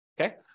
Okay